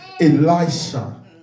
Elisha